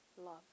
Love